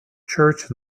church